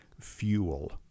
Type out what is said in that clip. fuel